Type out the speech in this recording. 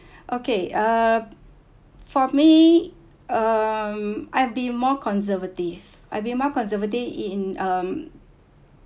okay uh for me um I‘ve be more conservative I'd be more conservative in um